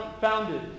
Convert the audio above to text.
founded